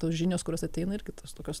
tos žinios kurios ateina irgi tos tokios